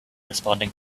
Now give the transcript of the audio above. responding